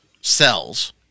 Cells